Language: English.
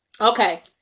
okay